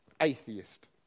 atheist